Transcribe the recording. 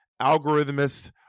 algorithmists